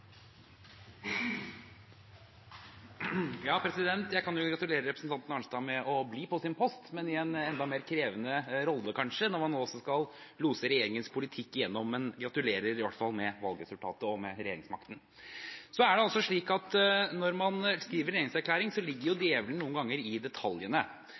Jeg kan jo gratulere representanten Arnstad med å bli på sin post, i en kanskje enda mer krevende rolle når man nå også skal lose regjeringens politikk igjennom. Men gratulerer i hvert fall, med valgresultatet og med regjeringsmakten! Så er det jo slik at når man skriver en regjeringserklæring, ligger djevelen noen ganger i detaljene.